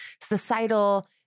societal